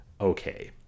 Okay